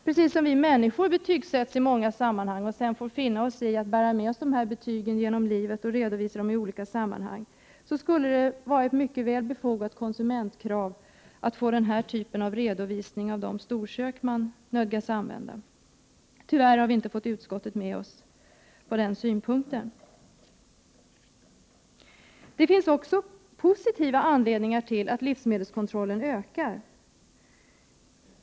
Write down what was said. Precis som vi människor betygsätts i många sammanhang och sedan får finna oss i att bära med oss dessa betyg genom livet samt redovisa dem i olika sammanhang, är det ett befogat konsumentkrav att få den här typen av redovisning från de storkök man nödgas använda sig av. Tyvärr har vi inte fått utskottet med oss på den synpunkten. Det finns också positiva anledningar till att livsmedelskontrollen ökar.